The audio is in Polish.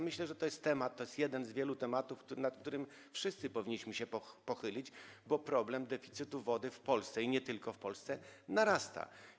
Myślę, że jest to jeden z wielu tematów, nad którymi wszyscy powinniśmy się pochylić, bo problem deficytu wody w Polsce, i nie tylko w Polsce, narasta.